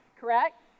correct